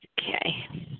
Okay